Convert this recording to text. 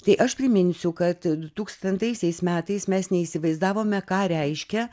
tai aš priminsiu kad du tūkstantaisiais metais mes neįsivaizdavome ką reiškia